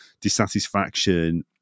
dissatisfaction